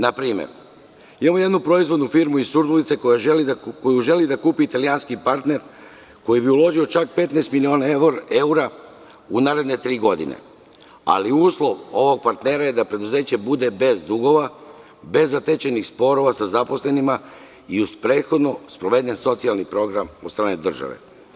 Na primer, imamo jednu proizvodnu firmu iz Surdulice koju želi da kupi italijanski partner, koji bi uložio čak 15 miliona evra u naredne tri godine, ali uslov ovog partnera je da preduzeće bude bez dugova, bez zatečenih sporova sa zaposlenima i uz prethodno sproveden socijalni program od strane države.